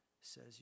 says